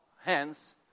hence